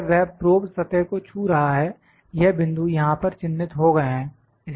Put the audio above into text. जब वह प्रोब सतह को छू रहा है यह बिंदु यहां पर चिन्हित हो गए हैं